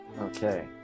Okay